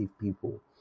people